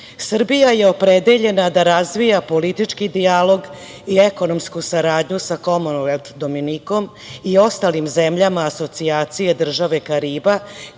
je opredeljena da razvija politički dijalog i ekonomsku saradnju sa Komonvelt Dominikom i ostalim zemljama Asocijacije država Kariba,